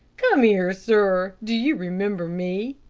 come here, sir. do you remember me?